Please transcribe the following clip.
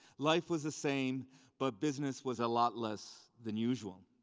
life was the same but business was a lot less than usual.